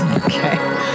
Okay